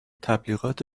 تبلیغات